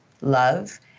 love